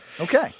Okay